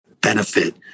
benefit